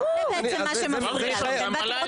בעצם, זה מה שמפריע לכם.